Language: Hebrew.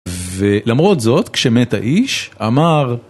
ולמרות זאת, כשמת האיש אמר